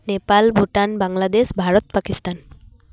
Nepal Bhutan Bangladesh Bharat Pakistan